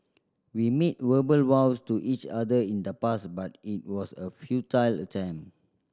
we made verbal vows to each other in the past but it was a futile attempt